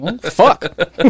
Fuck